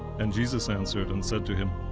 and jesus answered and said to him,